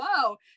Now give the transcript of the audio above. whoa